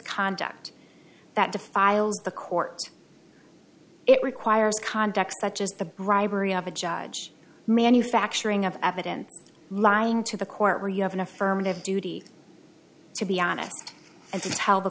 conduct that defiles the courts it requires context such as the bribery of a judge manufacturing of evidence lying to the court where you have an affirmative duty to be honest it's how the